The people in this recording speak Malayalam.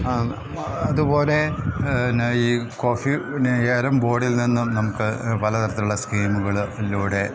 അതുപോലെ പിന്നെ ഈ കോഫി പിന്നെ ഏലം ബോഡിൽ നിന്നും നമുക്ക് പലതരത്തിലുള്ള സ്കീമുകളിലൂടെ